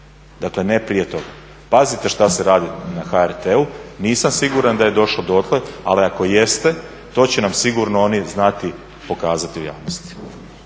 dakle ne prije tog. Pazite šta se radi na HRT-u. Nisam siguran da je došlo dotle, ali ako jeste to će nam sigurno oni znati pokazati u javnosti.